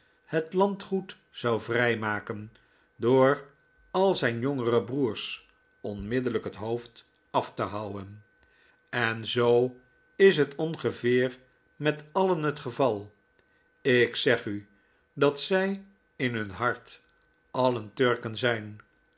het landgoed zou vrijmaken door al zijn jongere broers onmiddellijk het hoofd af te houwen en zoo is het ongeveer met alien het geval ik zeg u dat zij in hun hart alien turken zijn